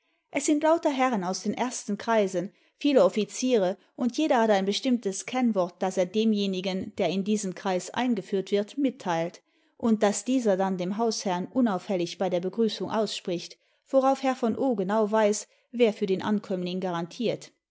es sind lauter herren aus den ersten kreisen viele offiziere und jeder hat ein bestimmtes kennwort das er demjenigen der in diesen kreis eingeführt wird mitteilt und das dieser dann dem hausherrn unauffällig bei der begrüßung ausspricht worauf herr v o genau weiß wer für den ankömmling garantiert